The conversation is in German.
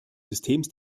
systems